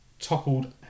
toppled